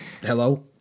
Hello